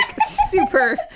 super